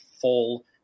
full –